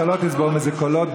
אתה לא תצבור מזה קולות.